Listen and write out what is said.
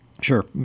Sure